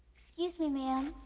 excuse me, ma'am.